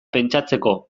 pentsatzeko